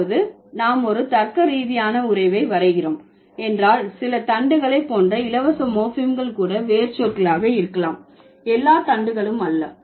அதாவது நாம் ஒரு தர்க்கரீதியான உறவை வரைகிறோம் என்றால் சில தண்டுகளை போன்ற இலவச மோர்ஃபிம்கள் கூட வேர்ச்சொற்களாக இருக்கலாம் எல்லா தண்டுகளும் அல்ல